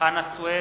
חנא סוייד,